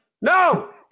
No